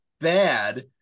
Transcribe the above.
bad